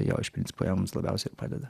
jo iš principo jiem mums labiausiai ir padeda